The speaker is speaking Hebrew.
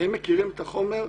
הם מכירים את החומר כמוני,